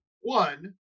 one